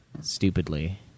Stupidly